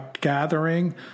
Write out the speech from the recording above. gathering